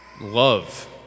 love